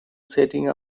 setting